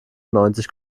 neunzig